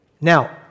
Now